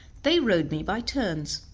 they rode me by turns,